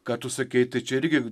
ką tu sakei tai čia irgi